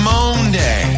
Monday